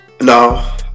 No